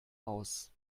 aus